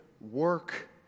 work